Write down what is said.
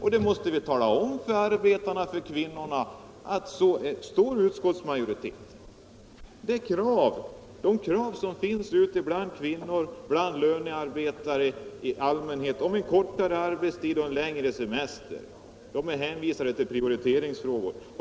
Vi måste tala om för arbetarna och för kvinnorna som vill ha arbete att den ståndpunkten intar utskottsmajoriteten. De krav som finns bland kvinnor och lönearbetare i allmänhet om kortare arbetstid och längre semester hänvisar man till prioriteringar.